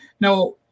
Now